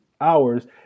hours